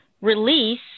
release